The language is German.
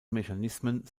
mechanismen